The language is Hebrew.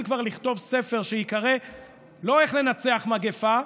כבר לכתוב ספר שייקרא לא "איך לנצח מגפה"